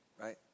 Right